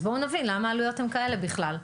אז בואו נבין למה העלויות הן כאלה בכלל.